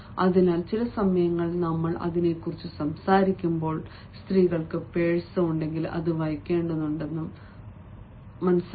അതിനാൽ ചില സമയങ്ങളിൽ നമ്മൾ അതിനെക്കുറിച്ച് സംസാരിക്കുമ്പോൾ സ്ത്രീകൾക്ക് പേഴ്സ് ഉണ്ടെങ്കിൽ അത് വഹിക്കേണ്ടതുണ്ടെന്നും മനസ്സിലായി